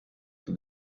utwo